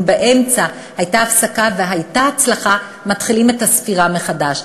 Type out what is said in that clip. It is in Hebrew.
אם באמצע הייתה הפסקה והייתה הצלחה מתחילים את הספירה מחדש.